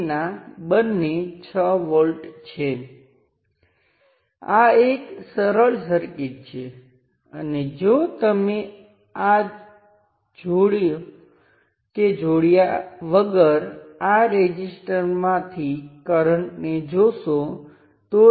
અને ચાલો હું આને વોલ્ટેજને Vth કહું હું પરિભાષા પછી સમજાવીશ સામાન્યરીતે Vth શું છે તે સ્પષ્ટ કરેલ ધ્રુવીયતા સાથે એક અને એક પ્રાઈમ વચ્ચેનો વોલ્ટેજ છે અને તમે વોલ્ટેજનો ઉલ્લેખ કરો છો અને ધ્રુવીયતા પણ સ્પષ્ટ કરો છો